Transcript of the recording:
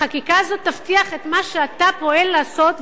החקיקה הזאת תבטיח את מה שאתה פועל לעשות,